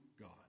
God